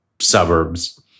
suburbs